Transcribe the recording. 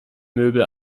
möbel